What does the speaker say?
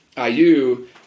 IU